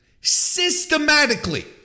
Systematically